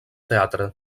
teatre